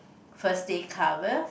first day cover